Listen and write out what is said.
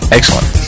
Excellent